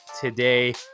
today